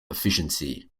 efficiency